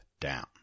down